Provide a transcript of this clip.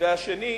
אדוני שר האוצר,